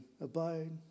abide